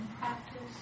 practice